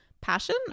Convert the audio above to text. Passion